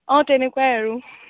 অঁ তেনেকুৱাই আৰু